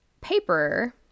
paper